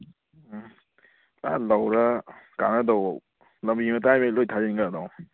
ꯎꯝ ꯑꯥ ꯂꯧꯔꯥ ꯀꯥꯟꯅꯗꯕꯐꯧ ꯂꯝꯕꯤ ꯃꯇꯥꯏꯈꯩ ꯂꯣꯏꯅ ꯊꯥꯖꯤꯟꯈ꯭ꯔꯗꯧꯅꯤ